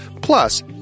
Plus